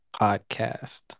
podcast